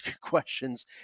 questions